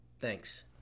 Thanks